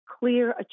clear